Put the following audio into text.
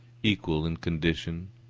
equal in condition,